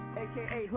aka